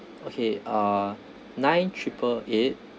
okay uh nine triple eight